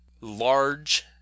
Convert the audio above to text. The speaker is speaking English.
large